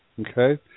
Okay